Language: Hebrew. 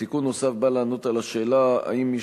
תיקון נוסף בא לענות על השאלה אם מי